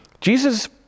Jesus